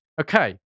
Okay